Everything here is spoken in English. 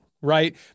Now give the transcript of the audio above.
Right